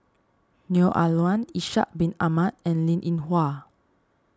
Neo Ah Luan Ishak Bin Ahmad and Linn in Hua